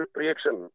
reaction